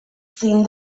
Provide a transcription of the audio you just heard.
zein